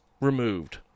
removed